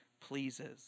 pleases